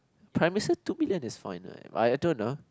Prime Minister two million is fine right I I don't (no)